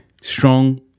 strong